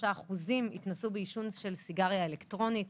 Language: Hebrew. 33% התנסו בעישון של סיגריה אלקטרונית,